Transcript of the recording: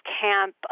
camp